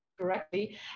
Correctly